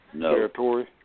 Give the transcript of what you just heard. territory